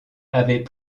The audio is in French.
avait